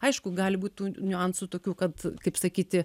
aišku gali būt tų niuansų tokių kad kaip sakyti